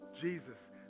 Jesus